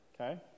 okay